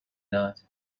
داد